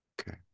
Okay